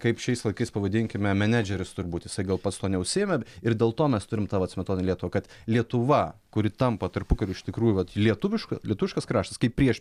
kaip šiais laikais pavadinkime menedžeris turbūt jisai gal pats tuo neužsiėmė ir dėl to mes turim tą vat smetoninę lietuvą kad lietuva kuri tampa tarpukariu iš tikrųjų va lietuviška lietuviškas kraštas kaip prieš